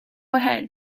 ahead